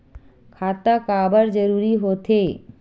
खाता काबर जरूरी हो थे?